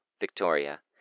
Victoria